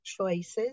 choices